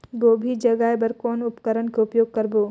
गोभी जगाय बर कौन उपकरण के उपयोग करबो?